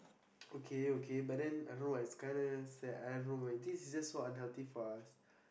okay okay but then I don't know it's kind of sad